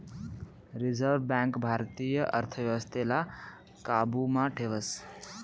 reserve bank भारतीय अर्थव्यवस्थाले काबू मा ठेवस